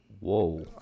Whoa